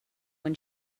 when